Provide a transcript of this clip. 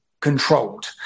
controlled